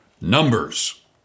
numbers